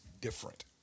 different